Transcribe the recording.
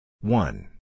One